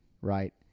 right